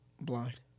blind